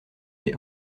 des